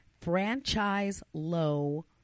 franchise-low